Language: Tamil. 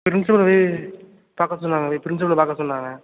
பிரின்ஸ்பல்ல போய் பார்க்க சொன்னாங்களே பிரின்ஸ்பல்ல பார்க்க சொன்னாங்க